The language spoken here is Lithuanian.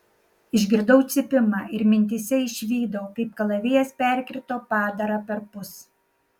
išgirdau cypimą ir mintyse išvydau kaip kalavijas perkirto padarą perpus